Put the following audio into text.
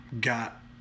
got